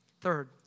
Third